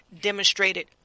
demonstrated